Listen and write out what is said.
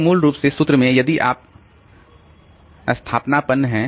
तो मूल रूप से इस सूत्र में यदि आप स्थानापन्न हैं